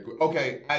Okay